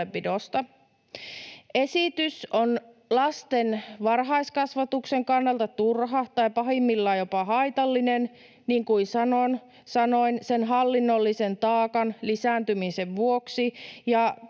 Esitys on lasten varhaiskasvatuksen kannalta turha tai pahimmillaan jopa haitallinen, niin kuin sanoin, sen hallinnollisen taakan lisääntymisen vuoksi,